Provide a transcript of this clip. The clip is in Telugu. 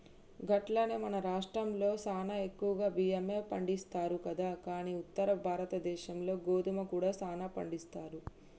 గట్లనే మన రాష్ట్రంలో సానా ఎక్కువగా బియ్యమే పండిస్తారు కదా కానీ ఉత్తర భారతదేశంలో గోధుమ కూడా సానా పండిస్తారు